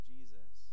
Jesus